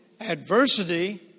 adversity